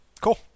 Cool